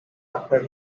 after